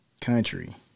country